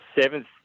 seventh